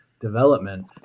development